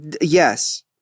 Yes